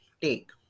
take